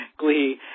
glee –